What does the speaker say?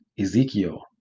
Ezekiel